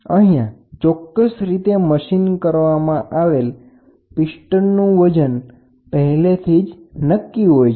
અહીંયા ચોક્કસ રીતે મશીન કરવામાં આવેલ પીસ્ટનનું વજન પહેલેથી જ નક્કી હોય છે